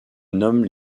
nomment